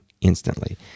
instantly